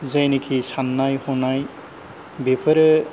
जायनाखि साननाय हनाय बेफोरो